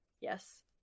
yes